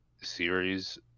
series